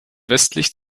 westlich